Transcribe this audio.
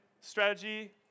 strategy